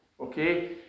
Okay